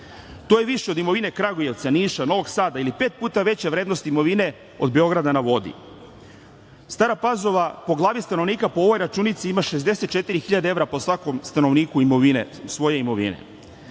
To je više od imovine Kragujevca, Niša, Novog Sada ili pet puta veća vrednost imovine od „Beograda na vodi“. Stara Pazova po glavi stanovnika po ovoj računici ima 64.000 evra po svakom stanovniku imovine